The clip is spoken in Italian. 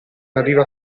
arriva